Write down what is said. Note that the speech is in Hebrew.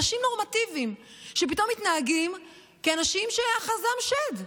אנשים נורמטיביים שפתאום מתנהגים כאנשים שאחזם שד.